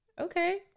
okay